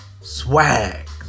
Swag